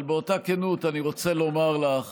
אבל באותה כנות אני רוצה לומר לך